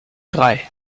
drei